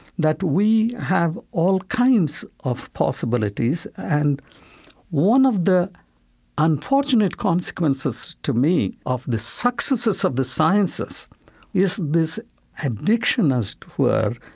that we have all kinds of possibilities. and one of the unfortunate consequences, to me, of the successes of the sciences is this addiction, as it were,